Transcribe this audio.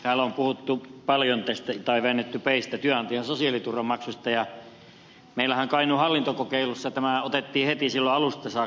täällä on paljon väännetty peistä työnantajan sosiaaliturvamaksusta ja meillähän kainuun hallintokokeilussa tämä otettiin heti silloin alusta saakka käyttöön